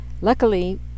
Luckily